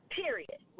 period